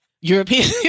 European